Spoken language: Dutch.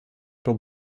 per